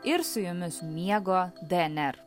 ir su jumis miego dnr